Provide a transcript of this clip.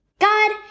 God